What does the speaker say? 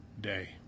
day